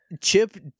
Chip